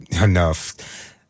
enough